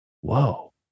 whoa